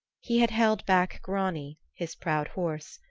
he had held back grani, his proud horse,